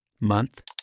month